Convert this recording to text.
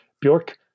Bjork